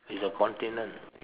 it's a continent